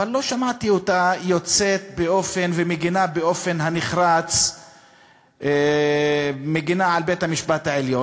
אבל לא שמעתי אותה יוצאת ומגינה באופן נחרץ על בית-המשפט העליון.